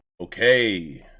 okay